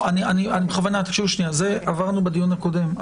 תקשיבו, עברנו את זה בדיון הקודם.